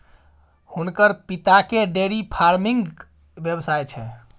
हुनकर पिताकेँ डेयरी फार्मिंगक व्यवसाय छै